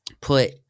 put